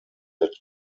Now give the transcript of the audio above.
that